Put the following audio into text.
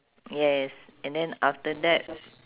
yes and then after that